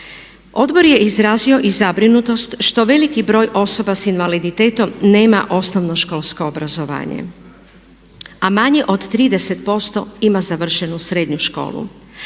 Odbor je izrazio i zabrinutost što veliki broj osoba sa invaliditetom nema osnovnoškolsko obrazovanje, a manje od 30% ima završenu srednju školu,